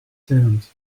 tent